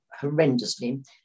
horrendously